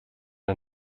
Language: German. der